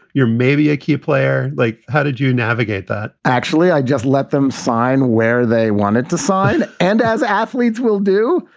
you're maybe a key player. like, how did you navigate that? actually, i just let them sign where they wanted to sign and as athletes will do.